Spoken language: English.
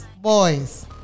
Boys